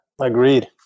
agreed